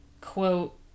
quote